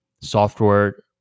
software